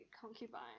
concubine